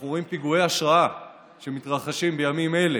אנחנו רואים פיגועי השראה שמתרחשים בימים אלה,